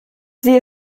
sie